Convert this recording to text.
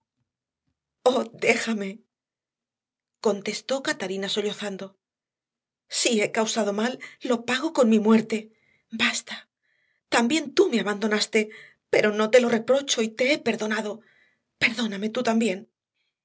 déjame contestó catalina sollozando si he causado mal lo pago con mi muerte basta también tú me abandonaste pero no te lo reprocho y te he perdonado perdóname tú también